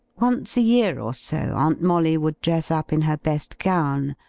once a year, or so, aunt molly would dress up in her best gown,